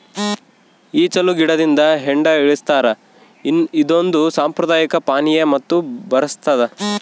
ಈಚಲು ಗಿಡದಿಂದ ಹೆಂಡ ಇಳಿಸ್ತಾರ ಇದೊಂದು ಸಾಂಪ್ರದಾಯಿಕ ಪಾನೀಯ ಮತ್ತು ಬರಸ್ತಾದ